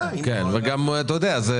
ואתה יודע,